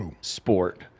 sport